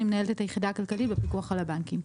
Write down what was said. אני מנהלת את היחידה הכלכלית בפיקוח על הבנקים.